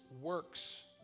works